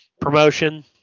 Promotion